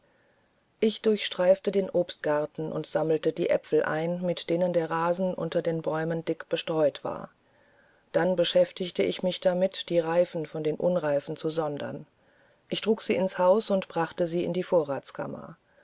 ich durchstreifte den obstgarten und sammelte die äpfel auf mit denen der rasen unter den bäumen dick bestreut war dann beschäftigte ich mich damit die reifen von den unreifen zu sondern ich trug sie ins haus und brachte sie in die